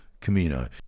Camino